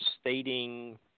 stating